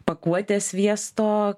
pakuotė sviesto